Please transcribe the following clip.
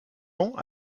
ans